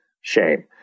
shame